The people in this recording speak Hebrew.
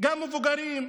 גם מבוגרים,